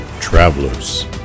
travelers